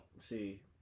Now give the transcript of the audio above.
see